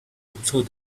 observe